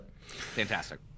Fantastic